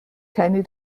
keine